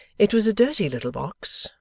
it was a dirty little box,